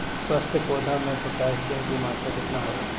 स्वस्थ पौधा मे पोटासियम कि मात्रा कितना होला?